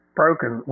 broken